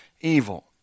evil